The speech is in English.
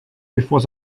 before